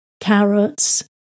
carrots